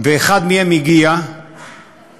ואחד מהם הגיע לוועדה,